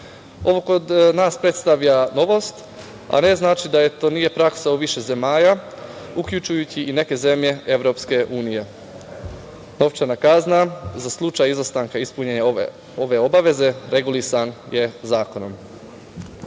Ovo kod nas predstavlja novost, a ne znači da to nije praksa u više zemalja, uključujući i neke zemlje EU. Novčana kazna za slučaj izostanka ispunjenja ove obaveze regulisana je zakonom.